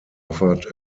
offered